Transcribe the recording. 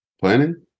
planning